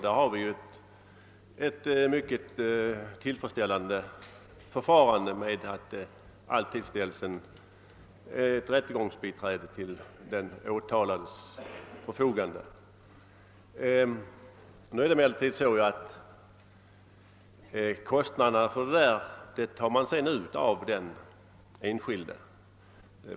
Där har vi ett mycket tillfredsställande förfarande genom att den åtalade alltid förfogar över ett rättegångsbiträde. Kostnaderna tar man sedan ut av den enskilde.